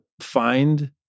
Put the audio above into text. find